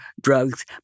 drugs